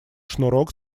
шнурок